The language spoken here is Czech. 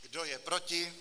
Kdo je proti?